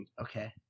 Okay